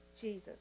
Jesus